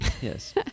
yes